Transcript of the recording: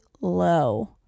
low